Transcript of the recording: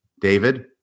David